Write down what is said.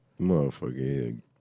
Motherfucker